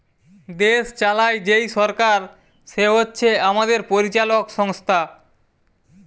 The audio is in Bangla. দেশ চালায় যেই সরকার সে হচ্ছে আমাদের পরিচালক সংস্থা